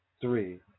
three